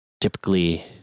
typically